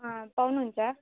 पाउनुहुन्छ